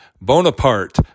Bonaparte